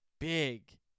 big